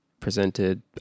presented